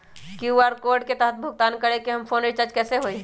QR code के तहद भुगतान करके हम फोन रिचार्ज कैसे होई?